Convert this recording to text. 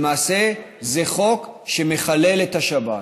למעשה זה חוק שמחלל את השבת,